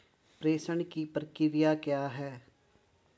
प्रेषण की प्रक्रिया क्या है?